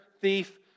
thief